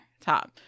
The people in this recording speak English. top